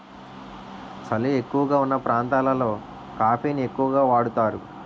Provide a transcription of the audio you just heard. సలి ఎక్కువగావున్న ప్రాంతాలలో కాఫీ ని ఎక్కువగా వాడుతారు